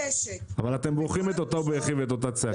אבל אתם בוכים את אותו בכי ואת אותה צעקה.